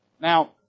Now